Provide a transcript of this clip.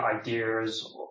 ideas